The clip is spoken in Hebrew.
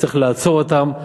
צריך לעצור אותם.